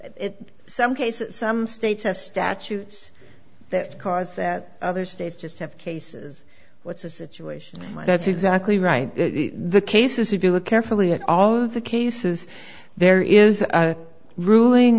d some cases some states have statutes that cause that other states just have cases what's a situation that's exactly right the cases if you look carefully at all of the cases there is a ruling